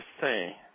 say